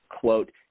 quote